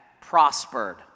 prospered